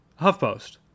HuffPost